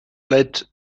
led